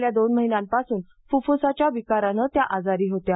गेल्या दोन महिन्यांपासून फुफ्फुसाच्या विकाराने त्या त्रस्त होत्या